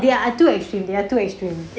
ya I thought it's three I thought it's three